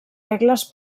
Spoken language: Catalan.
regles